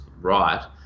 right